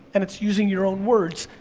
and it's using your own words,